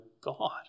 God